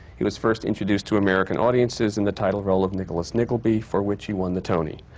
he was first introduced to american audiences in the title role of nicholas nickleby, for which he won the tony.